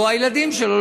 או הילדים שלו,